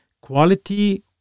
quality